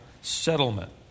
Settlement